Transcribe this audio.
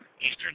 Eastern